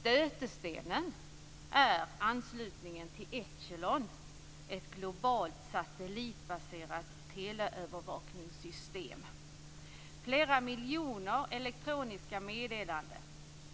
Stötestenen är anslutningen till Echelon, ett globalt satellitbaserat teleövervakningssystem. Flera miljoner elektroniska meddelanden,